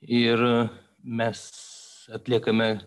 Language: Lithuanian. ir mes atliekame